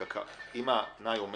רק אם התנאי אומר